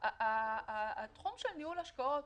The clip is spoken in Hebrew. לכן צריך לעשות עבודה.